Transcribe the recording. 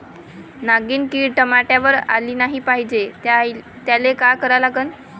नागिन किड टमाट्यावर आली नाही पाहिजे त्याले काय करा लागन?